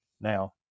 now